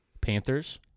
Panthers